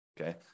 Okay